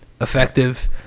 effective